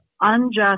unjust